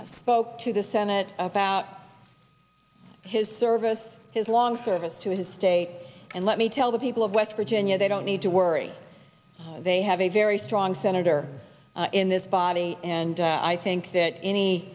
way spoke to the senate about his service his long service to his state and let me tell the people of west virginia they don't need to worry they have a very strong senator in this body and i think that any